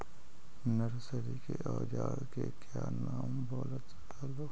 Nursery के ओजार के क्या नाम बोलत रहलू?